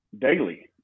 daily